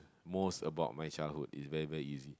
most about my childhood is very very easy